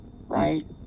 Right